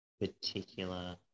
particular